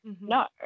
no